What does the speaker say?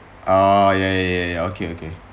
ah ya ya okay okay